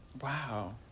Wow